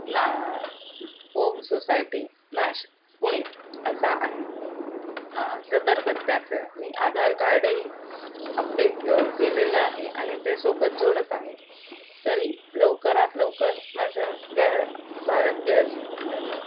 ना ओम सोसायटी नाश पुणे असा आहे सदर पत्त्याचं मी आधार कार्डही अपडेट केलेलं आहे आणि ते सोबत जोडत आहे तरी लवकरात लवकर माझ्या गॅस भारत गॅसमधील